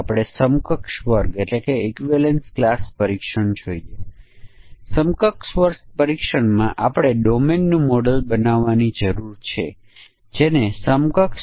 આપણને એકમ માટે ઇક્વિલેન્સ વર્ગ પરીક્ષણનાં કેસો ડિઝાઇન કરવાની જરૂર છે જે કાર્યકારી છે જે લખ્યું છે